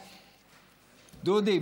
דודי,